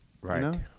right